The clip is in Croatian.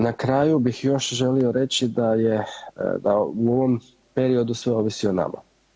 Na kraju bih još želio reći da u ovom periodu sve ovisi o nama.